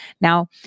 Now